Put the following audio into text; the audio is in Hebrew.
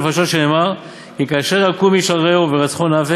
הרמב"ם, הלכות יסודי התורה,